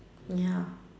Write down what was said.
ya